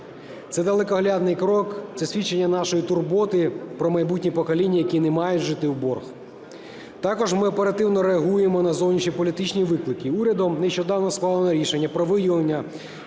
Це далекоглядний крок, це свідчення нашої турботи про майбутні покоління, які не мають жити в борг. Також ми оперативно реагуємо на зовнішньополітичні виклики. Урядом нещодавно схвалено рішення про виділення